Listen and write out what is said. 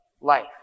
life